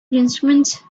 instruments